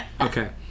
Okay